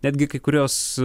netgi kai kuriuos